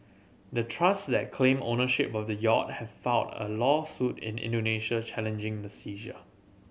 the trust that claim ownership of the yacht have filed a lawsuit in Indonesia challenging the seizure